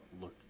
look